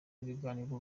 ibiganiro